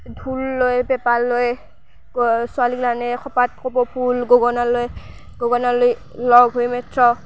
ঢোল লয় পেঁপা লয় ছোৱালী গিলাখানে খোপাত কপৌ ফুল গগনা লয় গগনা লৈ লগ হৈ